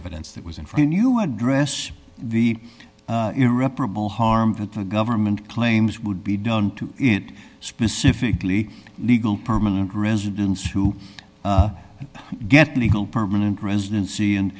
evidence that was in for the new address the irreparable harm that the government claims would be done to specifically legal permanent residents who get legal permanent residency and